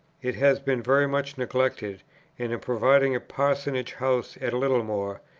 it has been very much neglected and in providing a parsonage-house at littlemore,